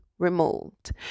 removed